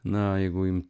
na jeigu jum